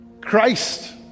Christ